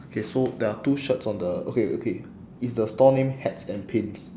okay so there are two shirts on the okay okay is the store name hats and pins